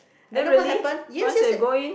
and then what happen yes yes yes